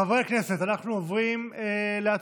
חברי הכנסת, אנחנו עוברים להצבעה